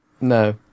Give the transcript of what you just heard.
No